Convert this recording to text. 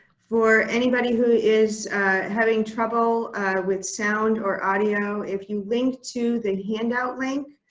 for anybody who is having trouble with sound or audio, if you link to the handout link,